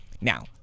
Now